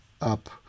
up